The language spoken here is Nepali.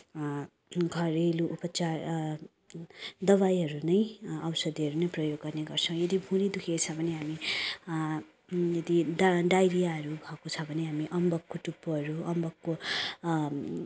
घरेलु उपचार दवाईहरू नै औषधीहरू नै प्रयोग गर्ने गर्छौँ यदि भुँडी दुखेको छ भने हामी यदि डा डाइरियाहरू भएको छ भने हामी अम्बकको टुप्पोहरू अम्बकको